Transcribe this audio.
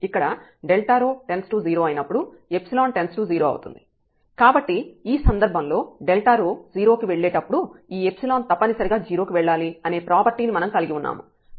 z dz 0ρx2y2 z dz0⟹ Δz dzΔρϵ ϵ→0asΔρ→0 కాబట్టి ఈ సందర్భంలో Δρ 0 కి వెళ్ళేటప్పుడు ఈ తప్పనిసరిగా 0 కి వెళ్ళాలి అనే ప్రాపర్టీ ని మనం కలిగి ఉన్నాము